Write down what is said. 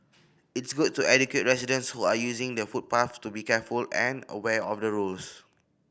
it's good to educate residents who are using the footpaths to be careful and aware of the rules